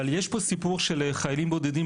יש פה סיפור של חיילים בודדים,